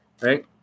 right